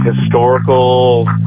historical